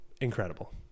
Incredible